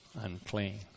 unclean